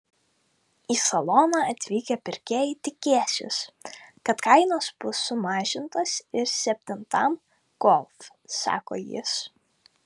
į saloną atvykę pirkėjai tikėsis kad kainos bus sumažintos ir septintam golf sako jis